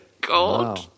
God